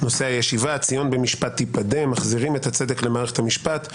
נושא הישיבה: ציון במשפט תפדה מחזירים את הצדק למערכת המשפט.